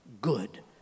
good